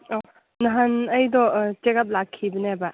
ꯑꯥ ꯅꯍꯥꯟ ꯑꯩꯗꯣ ꯑꯥ ꯆꯦꯛ ꯑꯞ ꯂꯥꯛꯈꯤꯕꯅꯦꯕ